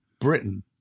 Britain